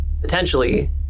potentially